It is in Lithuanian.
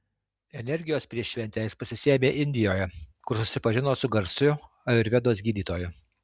energijos prieš šventę jis pasisėmė indijoje kur susipažino su garsiu ajurvedos gydytoju